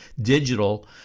digital